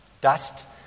Dust